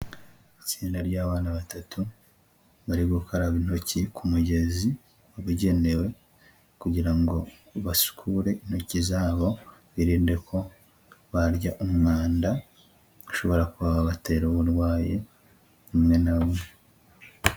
Itsinda ry'abana batatu bari gukaraba intoki ku mugezi wabugenewe kugira ngo basukure intoki zabo birinde ko barya umwanda ushobora kuba wabatera uburwayi bumwe na bumwe.